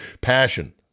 passion